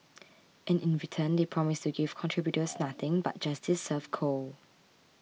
and in return they promise to give contributors nothing but justice served cold